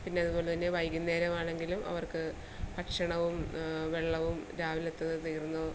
പിന്നെയതുപോലെ തന്നെ വൈകുന്നേരമാണെങ്കിലും അവർക്ക് ഭക്ഷണവും വെള്ളവും രാവിലത്തേത് തീർന്നു